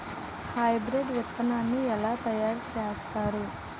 Hybrid విత్తనాన్ని ఏలా తయారు చేస్తారు?